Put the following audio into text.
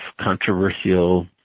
controversial